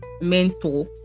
mentor